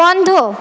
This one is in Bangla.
বন্ধ